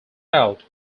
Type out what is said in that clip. out